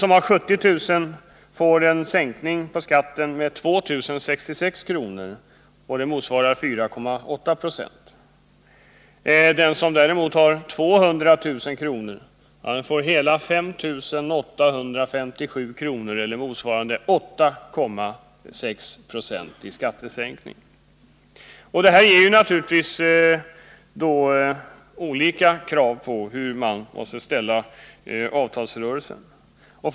För att vid en prisstegring på 10 76 uppnå en nettoökning med 780 kr. behöver den som år 1979 har en bruttoinkomst på 40000 kr. en bruttoökning med 13,6 20. För den som tjänar 70000 kr.